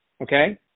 Okay